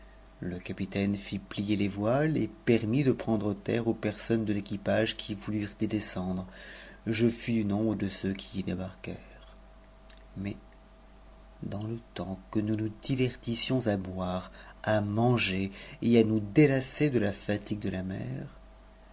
le capitaine fit plier les voiles et permit de prendre terre aux personnes de l'équipage qui voulurent y descendre je fus du nombre de ceux qui y débarquèrent mais dans le temps que nous nous divertissions à boire à manger et à nous délasser de la fatigue de la mer